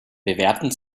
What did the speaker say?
bewerten